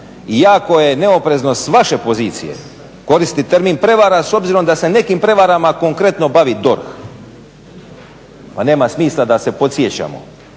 jako je neoprezno s vaše pozicije koristiti termin prevara s obzirom da se nekim prevarama konkretno bavi DORH pa nema smisla da se podsjećamo